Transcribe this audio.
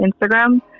Instagram